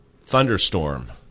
thunderstorm